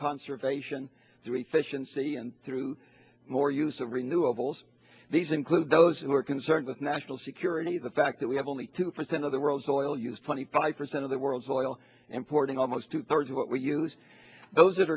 conservation the recession see and through more use of renewables these include those who are concerned with national security the fact that we have only two percent of the world's oil use twenty five percent of the world's oil importing almost two thirds of what we use those that